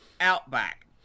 Outback